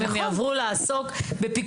אם הם יעברו לעסוק בפיקוח,